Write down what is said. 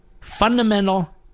Fundamental